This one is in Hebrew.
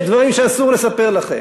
יש דברים שאסור לספר לכם,